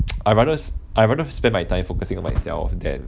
I'd rather I'd rather spend my time focusing on myself than